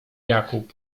jakub